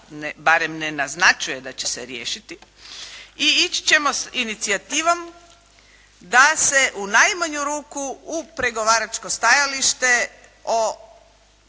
barem ne naznačuje da će se riješiti i ići ćemo sa inicijativom da se u najmanju ruku u pregovaračko stajalište o